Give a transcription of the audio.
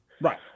Right